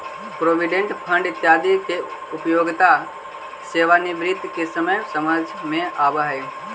provident fund इत्यादि के उपयोगिता सेवानिवृत्ति के समय समझ में आवऽ हई